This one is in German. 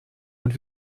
und